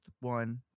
one